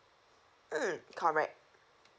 mm correct